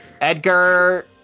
Edgar